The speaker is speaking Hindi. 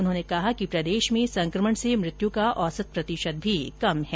उन्होंने कहा कि प्रदेश में संकमण से मृत्यु का औसत प्रतिशत भी कम है